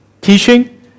teaching